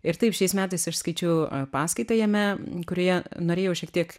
ir taip šiais metais aš skaičiau paskaitą jame kurioje norėjau šiek tiek